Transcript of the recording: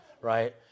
right